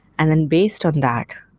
and then based on that,